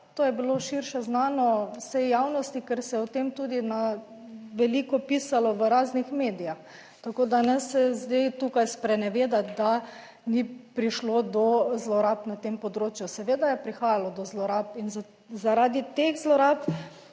to je bilo širše znano vsej javnosti, ker se je o tem tudi na veliko pisalo v raznih medijih. Tako da ne se zdaj tukaj sprenevedati, da ni prišlo do zlorab na tem področju. Seveda je prihajalo do zlorab in zaradi teh zlorab